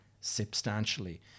substantially